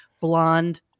blonde